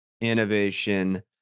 innovation